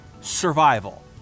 survival